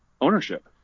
ownership